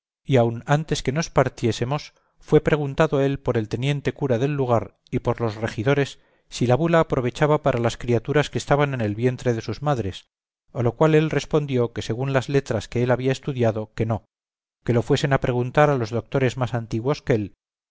y aun antes que nos partiésemos fue preguntado él por el teniente cura del lugar y por los regidores si la bula aprovechaba para las criaturas que estaban en el vientre de sus madres a lo cual él respondió que según las letras que él había estudiado que no que lo fuesen a preguntar a los doctores más antiguos que él